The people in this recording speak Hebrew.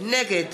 נגד